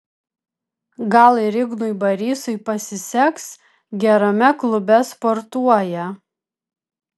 gal ir ignui barysui pasiseks gerame klube sportuoja